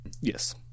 yes